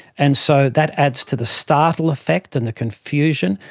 and so that adds to the startle effect and the confusion.